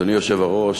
אדוני היושב-ראש,